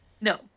No